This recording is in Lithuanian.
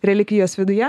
relikvijos viduje